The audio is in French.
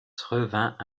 revint